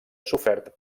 sofert